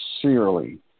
sincerely